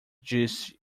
disse